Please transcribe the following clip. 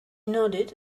nodded